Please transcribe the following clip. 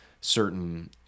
certain